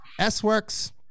S-Works